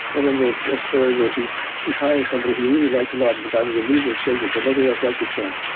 and i remember a story where he was hiring somebody he really liked a lot, and the guy was a mover and shaker. but nobody else liked this guy.